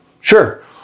Sure